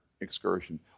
excursion